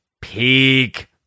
Peak